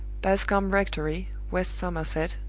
bascombe rectory, west somerset,